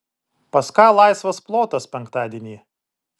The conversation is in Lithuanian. pas ką laisvas plotas penktadienį